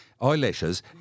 eyelashes